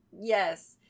yes